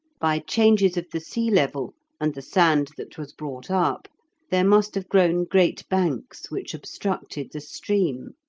by changes of the sea level and the sand that was brought up there must have grown great banks, which obstructed the stream.